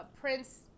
Prince